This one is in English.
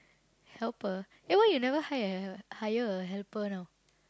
helper eh why you never hire hire a helper now